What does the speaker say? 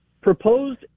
proposed